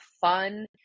fun